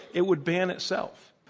it would ban itself.